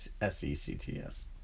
S-E-C-T-S